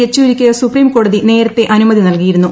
യെച്ചൂരിക്ക്സുപ്രീംകോടതിനേരത്തെ അനുമതി നൽകിയിരുന്നു